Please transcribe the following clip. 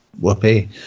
whoopee